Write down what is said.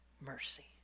mercy